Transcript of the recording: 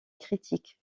critique